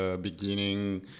beginning